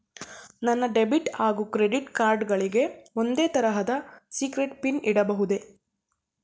ನನ್ನ ಡೆಬಿಟ್ ಹಾಗೂ credit card ಗಳಿಗೆ ಒಂದೇ ತರಹದ ಸೀಕ್ರೇಟ್ ಪಿನ್ ಇಡಬಹುದೇ?